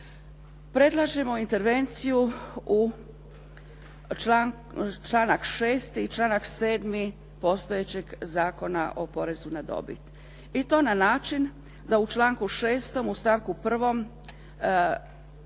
Predlažemo intervenciju u članak 6. i članak 7. postojećeg Zakona o porezu na dobit. I to na način da u članku 6., u stavku 1.